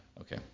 Okay